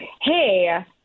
Hey